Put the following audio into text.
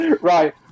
Right